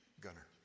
Gunner